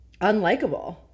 unlikable